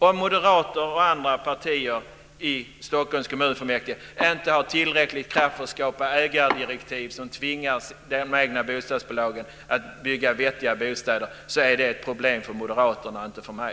Om Moderaterna och andra partier i Stockholms kommunfullmäktige inte har tillräcklig kraft att skapa ägardirektiv som tvingar de egna bostadsbolagen att bygga vettiga bostäder, så är det ett problem för Moderaterna och inte för mig.